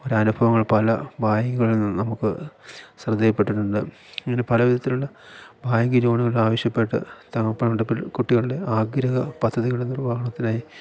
ഒരു അനുഭവങ്ങൾ പല ബാങ്കുകളില് നിന്ന് നമുക്ക് ശ്രദ്ധയിൽപ്പെട്ടിട്ടുണ്ട് ഇങ്ങനെ പല വിധത്തിലുള്ള ബാങ്ക് ലോണുകള് ആവശ്യപ്പെട്ട് തങ്ങൾക്ക് വേണ്ട പല കുട്ടികളുടെ ആഗ്രഹ പദ്ധതികളുടെ നിർവ്വഹണത്തിനായി